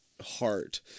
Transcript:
heart